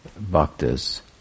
Bhaktas